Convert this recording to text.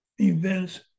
events